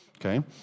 Okay